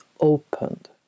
opened